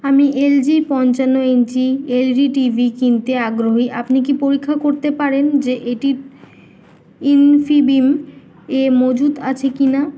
আমি L G পঞ্চান্ন inch L E D T V কিনতে আগ্রহী আপনি কি পরীক্ষা করতে পারেন যে এটি ইনফিবিম এ মজুত আছে কি না